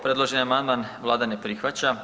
Predloženi amandman Vlada ne prihvaća.